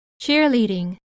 cheerleading